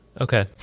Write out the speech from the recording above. Okay